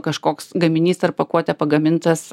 kažkoks gaminys ar pakuotė pagamintas